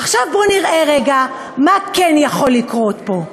עכשיו, בואו נראה רגע מה כן יכול לקרות פה.